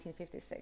1956